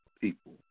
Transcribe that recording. people